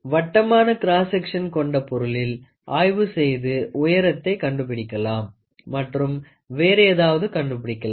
வட்டமான cross section கொண்ட பொருளில் ஆய்வு செய்து உயரத்தை கண்டுபிடிக்கலாம் மற்றும் வேறு ஏதாவதும் கண்டுபிடிக்கலாம்